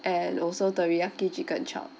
and also teriyaki chicken chop